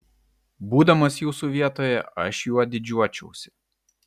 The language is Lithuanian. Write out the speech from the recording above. būdamas jūsų vietoje aš juo didžiuočiausi